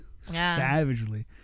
savagely